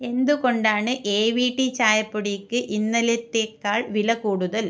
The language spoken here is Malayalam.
എന്തുകൊണ്ടാണ് എ വി ടി ചായപ്പൊടിക്ക് ഇന്നലത്തേക്കാൾ വില കൂടുതൽ